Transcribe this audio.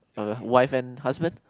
of the wife and husband